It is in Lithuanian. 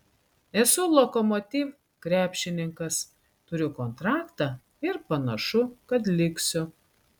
esu lokomotiv krepšininkas turiu kontraktą ir panašu kad liksiu